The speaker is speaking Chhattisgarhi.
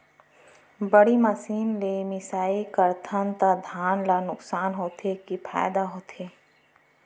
बड़ी मशीन ले मिसाई करथन त धान ल नुकसान होथे की फायदा होथे?